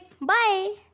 Bye